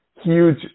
huge